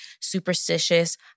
superstitious